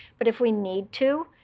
but if we need to,